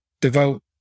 devote